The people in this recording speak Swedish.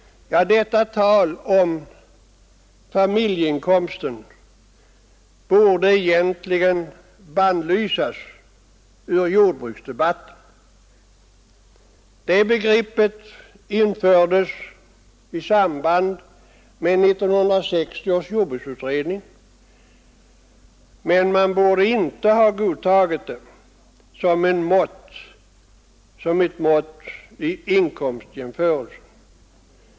Detta tal om familjeinkomsten borde egentligen bannlysas ur jordbruksdebatten. Begreppet infördes i samband med 1960 års jordbruksutredning, men man borde inte ha godtagit det som ett mått vid inkomstjämförelser.